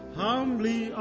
humbly